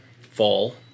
fall